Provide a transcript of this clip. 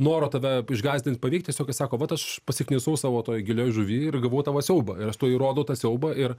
noro tave išgąsdinti paveikti tiesiog jis sako vat aš pasiknisau savo toj gilioj žuvy ir gavau tą va siaubą ir aš tau jį rodau tą siaubą ir